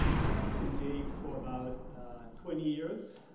i have known jake for about twenty years,